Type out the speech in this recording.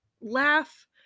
laugh